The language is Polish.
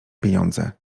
pieniądze